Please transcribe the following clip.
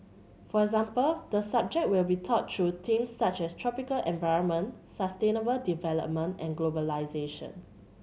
for example the subject will be taught through themes such as tropical environment sustainable development and globalisation